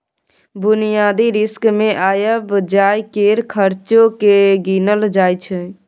बुनियादी रिस्क मे आबय जाय केर खर्चो केँ गिनल जाय छै